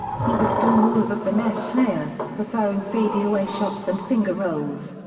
he was still more of a finesse player, preferring fadeaway shots and finger rolls.